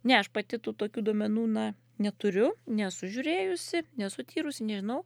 ne aš pati tų tokių duomenų na neturiu nesu žiūrėjusi nesu tyrusi nežinau